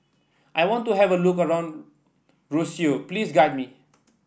I want to have a look around Roseau please guide me